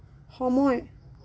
সময়